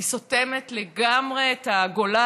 היא סותמת לגמרי את הגולל,